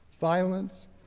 violence